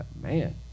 man